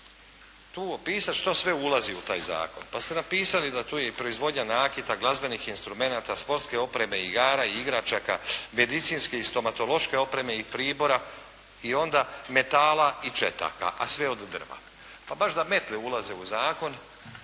tu opisati što sve ulazi u taj zakon, pa ste napisali da tu je i proizvodnja nakita, glazbenih instrumenata, sportske opreme, igara i igračaka, medicinske i stomatološke opreme i pribora i onda metala i četaka, a sve od drva. Pa baš da metle ulaze u zakon,